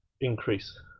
increase